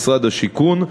משרד השיכון,